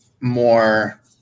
more